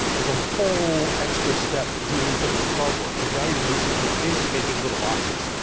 there's a whole extra step doing something with cardboard. cause now your basically basically making little boxes.